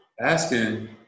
asking